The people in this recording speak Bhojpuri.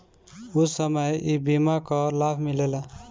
ऊ समय ई बीमा कअ लाभ मिलेला